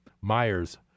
Myers